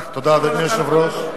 אדוני היושב-ראש,